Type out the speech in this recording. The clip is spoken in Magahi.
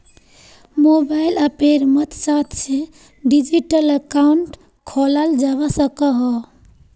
मोबाइल अप्पेर मद्साद से डिजिटल अकाउंट खोलाल जावा सकोह